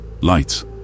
Lights